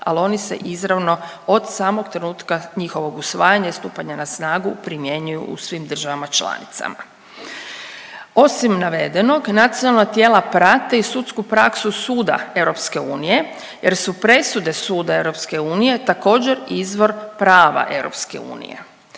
ali oni se izravno od samog trenutka njihovog usvajanja i stupanja na snagu primjenjuju u svim državama članicama. Osim navedenog, nacionalna tijela prate i sudsku praksu Suda EU jer su presude Suda EU također izvor prava EU.